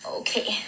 okay